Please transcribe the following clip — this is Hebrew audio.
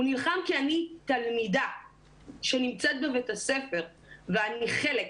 הוא נלחם כי אני תלמידה שנמצאת בבית הספר ואני חלק,